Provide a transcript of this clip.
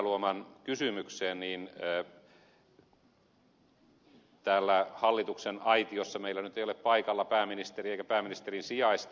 heinäluoman kysymykseen niin täällä hallituksen aitiossa meillä nyt ei ole paikalla pääministeriä eikä pääministerin sijaista